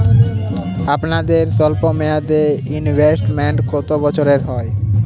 আপনাদের স্বল্পমেয়াদে ইনভেস্টমেন্ট কতো বছরের হয়?